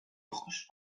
ojos